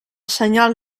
senyal